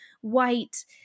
white